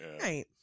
Right